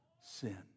sin